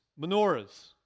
menorahs